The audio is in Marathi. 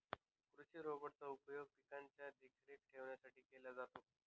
कृषि रोबोट चा उपयोग पिकांची देखरेख ठेवण्यासाठी केला जातो